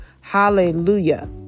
Hallelujah